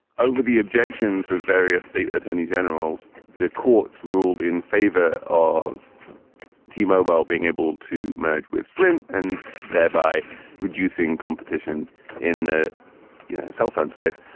over the objections of various state attorney generals, the courts ruled in favor of t-mobile being able to merge with sprint and thereby reducing competition in you know cell phone space.